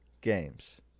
games